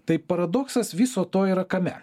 tai paradoksas viso to yra kame